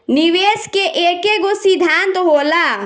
निवेश के एकेगो सिद्धान्त होला